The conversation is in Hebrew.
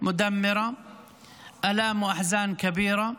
מלחמה הרסנית, כאב ויגון כבדים,